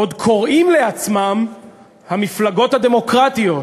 עוד קוראים לעצמם המפלגות הדמוקרטיות,